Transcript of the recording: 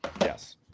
Yes